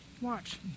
Watch